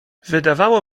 wydawało